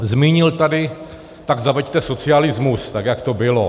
Zmínil tady tak zaveďte socialismus tak, jak to bylo.